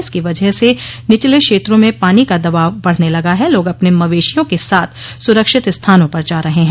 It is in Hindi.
इसकी वजह से निचले क्षेत्रों में पानी का दबाव बढ़ने लगा है लोग अपने मवेशियों के साथ सुरक्षित स्थानों पर जा रहे हैं